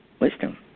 Wisdom